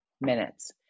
minutes